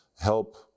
help